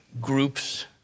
groups